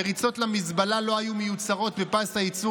מריצות למזבלה לא היו מיוצרות בפס הייצור